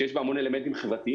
שיש בה המון אלמנטים חברתיים,